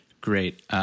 Great